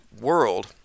world